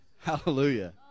Hallelujah